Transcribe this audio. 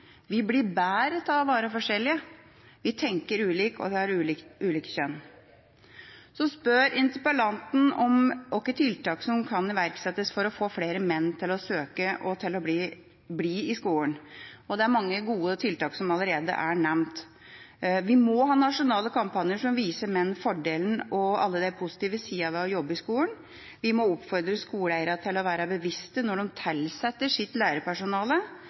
Vi blir bedre av å være forskjellige. Vi tenker ulikt, og vi har ulikt kjønn. Interpellanten spør om hvilke tiltak som kan iverksettes for å få flere menn til å søke seg til og til å bli i skolen. Det er mange gode tiltak som allerede er nevnt: Vi må ha nasjonale kampanjer som viser menn fordelene ved og alle de positive sidene ved å jobbe i skolen. Vi må oppfordre skoleeiere til å være bevisste når de tilsetter sitt lærerpersonale.